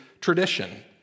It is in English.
tradition